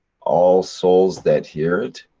all souls that hear it?